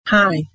Hi